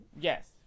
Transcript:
yes